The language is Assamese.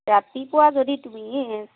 ৰাতিপুৱা যদি তুমি